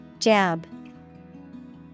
Jab